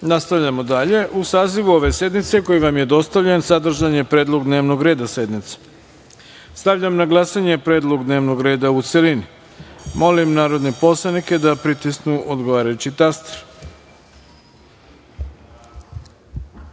periodu. Nastavljamo dalje.U sazivu ove sednice koji vam je dostavljen sadržan je predlog dnevnog reda sednice. Stavljam na glasanje predlog dnevnog reda u celini. Morim narodne poslanike da pritisnu odgovarajući